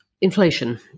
inflation